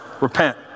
Repent